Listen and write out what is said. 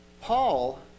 Paul